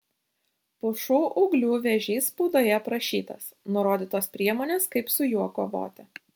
pušų ūglių vėžys spaudoje aprašytas nurodytos priemonės kaip su juo kovoti